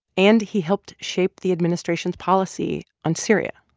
and he helped shape the administration's policy on syria,